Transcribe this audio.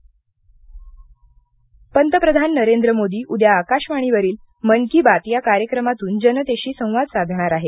मन की बात पंतप्रधान नरेंद्र मोदी उद्या आकाशवाणीवरील मन की बात या कार्यक्रमातून जनतेशी संवाद साधणार आहेत